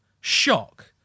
shock